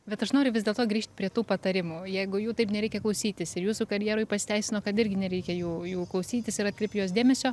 bet aš noriu vis dėlto grįžt prie tų patarimų o jeigu jų taip nereikia klausytis ir jūsų karjeroj pasiteisino kad irgi nereikia jų jų klausytis ir atkreipt į juos dėmesio